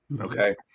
Okay